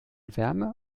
wärme